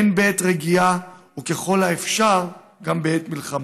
בעת רגיעה וככל האפשר גם בעת מלחמה,